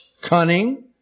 Cunning